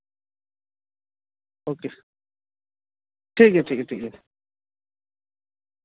okay ᱴᱷᱤᱠᱜᱮᱭᱟ ᱴᱷᱤᱠᱜᱮᱭᱟ